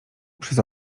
przez